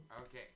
Okay